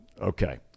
Okay